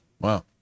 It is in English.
Wow